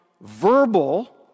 verbal